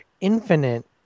infinite